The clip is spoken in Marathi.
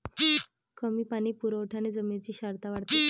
कमी पाणी पुरवठ्याने जमिनीची क्षारता वाढते